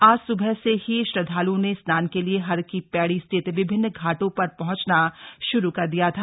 आज सुबह से ही लोगों ने श्रद्वाल्ओं ने स्नान के लिए हर की पैड़ी सहित विभिन्न घाटों पर पहंचना शुरू कर दिया था